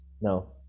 no